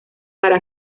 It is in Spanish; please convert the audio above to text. para